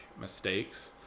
mistakes